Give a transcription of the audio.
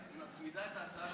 את מצמידה את ההצעה שלך?